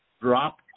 drop